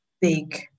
big